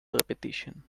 repetition